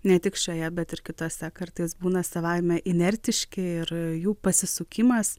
ne tik šioje bet ir kitose kartais būna savaime inertiški ir jų pasisukimas